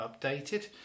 updated